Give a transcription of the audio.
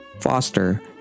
Foster